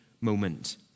moment